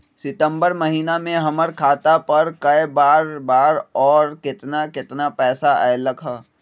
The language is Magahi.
सितम्बर महीना में हमर खाता पर कय बार बार और केतना केतना पैसा अयलक ह?